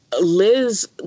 Liz